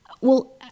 well-